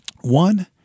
One